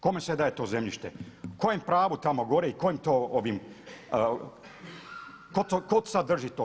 Kome se daje to zemljište, kojem pravu tamo gore i kojim to ovim, tko sad drži to.